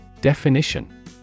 Definition